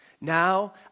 Now